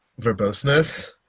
verboseness